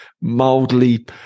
mildly